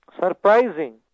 surprising